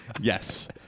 Yes